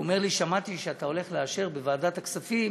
והוא אומר לי: שמעתי שאתה הולך לאשר בוועדת הכספים